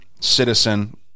citizen